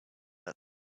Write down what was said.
that